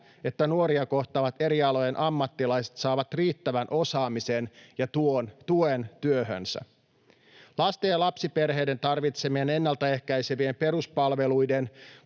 että nuoria kohtaavat eri alojen ammattilaiset saavat riittävän osaamisen ja tuen työhönsä. Lasten ja lapsiperheiden tarvitsemien ennaltaehkäisevien peruspalveluiden,